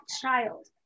child